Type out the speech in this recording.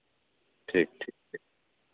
ᱴᱷᱤᱠ ᱴᱷᱤᱠ